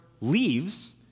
leaves